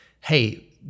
hey